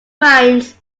minds